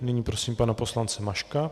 Nyní prosím pana poslance Maška.